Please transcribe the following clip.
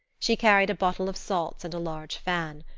she carried a bottle of salts and a large fan.